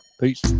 Peace